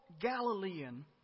Galilean